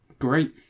great